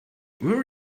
where